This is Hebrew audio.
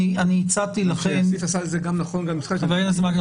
אני הצעתי לכן --- סעיף הסל נכון גם ל --- חבר הכנסת מקלב,